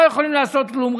לא יכולים לעשות כלום.